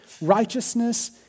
righteousness